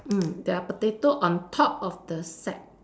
mm there are potato on top of the set